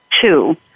two